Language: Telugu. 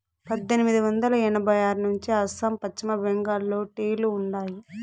పద్దెనిమిది వందల ఎనభై ఆరు నుంచే అస్సాం, పశ్చిమ బెంగాల్లో టీ లు ఉండాయి